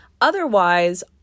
Otherwise